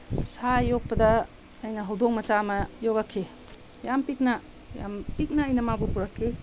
ꯁꯥ ꯌꯣꯛꯄꯗ ꯑꯩꯅ ꯍꯧꯗꯣꯡ ꯃꯆꯥ ꯑꯃ ꯌꯣꯛꯂꯛꯈꯤ ꯌꯥꯝ ꯄꯤꯛꯅ ꯌꯥꯝ ꯄꯤꯛꯅ ꯑꯩꯅ ꯃꯥꯕꯨ ꯄꯨꯔꯛꯈꯤ